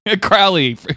Crowley